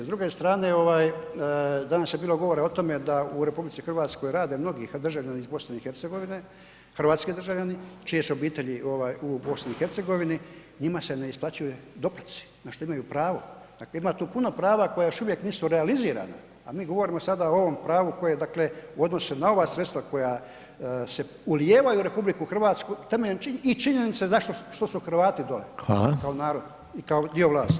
S druge strane ovaj danas je bilo govora o tome da u RH rade mnogi državljani iz BiH, hrvatski državljani čije su obitelji ovaj u BiH njima se ne isplaćuju doplatci na što imaju pravo, dakle ima tu puno prava koja još uvijek nisu realizirana, a mi govorimo sada o ovom pravu koje dakle u odnosu na ova sredstva koja se ulijevaju u RH temeljem činjenice i činjenice što su Hrvati dolje [[Upadica: Hvala.]] kao narod, kao dio vlasti.